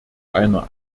einer